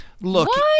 Look